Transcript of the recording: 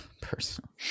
personal